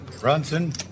Brunson